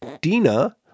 Dina